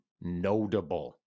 notable